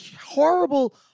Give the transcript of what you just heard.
horrible